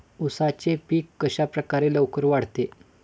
उसाचे पीक कशाप्रकारे लवकर वाढते?